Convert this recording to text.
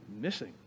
missing